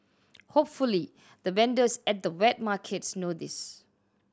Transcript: hopefully the vendors at the wet markets know this